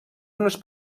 unes